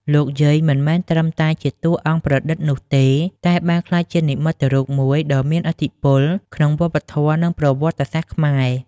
លោកយាយមិនមែនត្រឹមតែជាតួអង្គប្រឌិតនោះទេ តែបានក្លាយជានិមិត្តរូបមួយដ៏មានឥទ្ធិពលក្នុងវប្បធម៌ និងប្រវត្តិសាស្ត្រខ្មែរ។